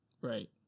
right